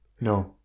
No